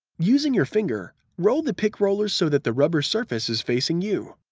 using your finger, roll the pick roller so that the rubber surface is facing you.